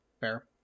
Fair